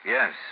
Yes